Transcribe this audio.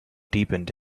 deepened